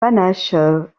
panache